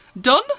Done